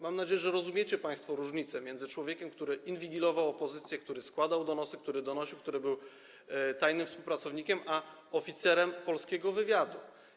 Mam nadzieję, że rozumiecie państwo różnicę między człowiekiem, który inwigilował opozycję, składał donosy, donosił, był tajnym współpracownikiem, a oficerem polskiego wywiadu.